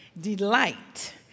Delight